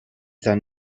then